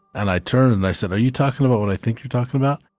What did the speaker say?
and i turned and i said, are you talking about what i think you're talking about?